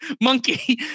monkey